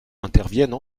interviennent